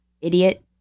Idiot